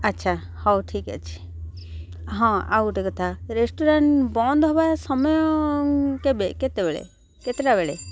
ଆଚ୍ଛା ହଉ ଠିକ୍ ଅଛି ହଁ ଆଉ ଗୋଟେ କଥା ରେଷ୍ଟୁରାଣ୍ଟ୍ ବନ୍ଦ୍ ହେବା ସମୟ କେବେ କେତେବେଳେ କେତେଟା ବେଳେ